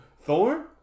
Thor